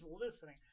listening